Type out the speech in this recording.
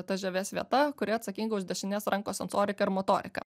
ta žievės vieta kuri atsakinga už dešinės rankos sensoriką ir motoriką